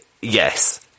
yes